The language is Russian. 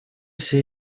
всей